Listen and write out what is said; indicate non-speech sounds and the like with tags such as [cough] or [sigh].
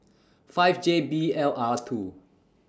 five J B L R [noise] two